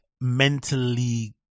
mentally